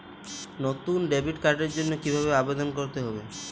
নতুন ডেবিট কার্ডের জন্য কীভাবে আবেদন করতে হবে?